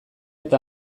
eta